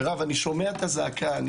מירב, אני שומע את הזעקה.